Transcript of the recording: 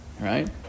right